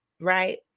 right